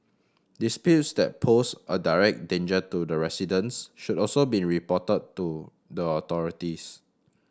disputes that pose a direct danger to the residents should also be reported to the authorities